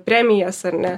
premijas ar ne